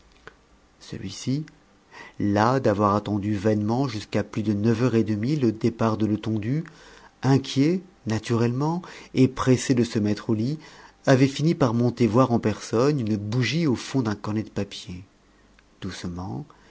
celui-ci las d'avoir attendu vainement jusqu'à plus de neuf heures et demie le départ de letondu inquiet naturellement et pressé de se mettre au lit avait fini par monter voir en personne une bougie au fond d'un cornet de papier doucement